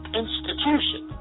institution